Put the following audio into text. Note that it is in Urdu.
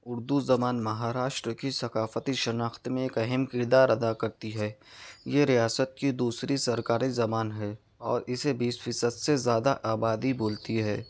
اردو زبان مہاراشٹر کی ثقافتی شناخت میں ایک اہم کردار ادا کرتی ہے یہ ریاست کی دوسری سرکاری زبان ہے اور اسے بیس فیصد سے زیادہ آبادی بولتی ہے